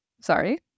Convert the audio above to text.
Sorry